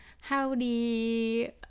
howdy